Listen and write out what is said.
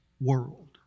world